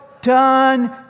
Done